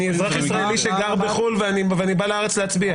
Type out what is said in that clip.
אני אזרח ישראלי שגר בחו"ל ואני בא לארץ להצביע.